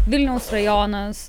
vilniaus rajonas